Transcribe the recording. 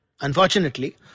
Unfortunately